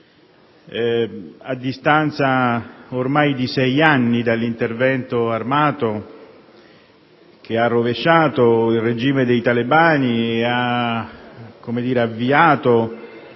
A distanza ormai di sei anni dall'intervento armato che ha rovesciato il regime dei talebani e ha avviato